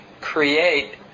create